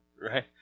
Right